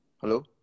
Hello